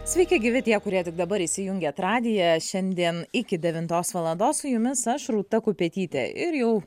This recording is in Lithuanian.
sveiki gyvi tie kurie tik dabar įsijungėt radiją šiandien iki devintos valandos su jumis aš rūta kupetytė ir jau